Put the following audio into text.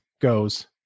goes